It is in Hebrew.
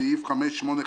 סעיף 585(16),